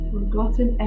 Forgotten